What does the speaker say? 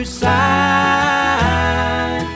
side